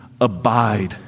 abide